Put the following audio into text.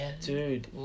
Dude